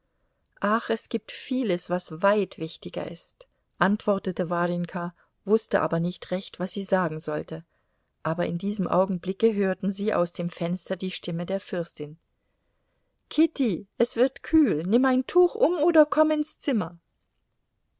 ach es gibt vieles was weit wichtiger ist antwortete warjenka wußte aber nicht recht was sie sagen sollte aber in diesem augenblicke hörten sie aus dem fenster die stimme der fürstin kitty es wird kühl nimm ein tuch um oder komm ins zimmer